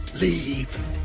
leave